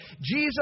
Jesus